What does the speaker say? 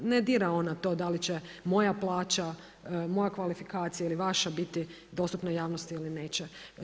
Ne dira ona to, da li će moja plaća, moja kvalifikacija ili vaša biti dostupna javnosti ili neće.